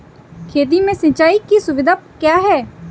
खेती में सिंचाई की सुविधा क्या है?